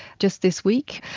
just this week,